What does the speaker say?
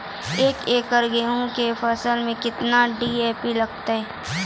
एक एकरऽ गेहूँ के फसल मे केतना डी.ए.पी लगतै?